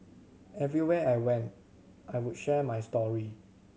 everywhere I went I would share my story